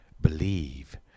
believe